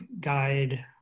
guide